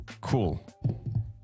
Cool